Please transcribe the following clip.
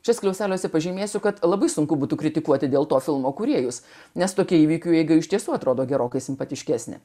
čia skliausteliuose pažymėsiu kad labai sunku būtų kritikuoti dėl to filmo kūrėjus nes tokia įvykių eiga iš tiesų atrodo gerokai simpatiškesnė